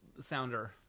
sounder